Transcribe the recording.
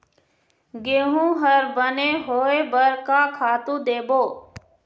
गेहूं हर बने होय बर का खातू देबो?